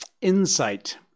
insight